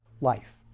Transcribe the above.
life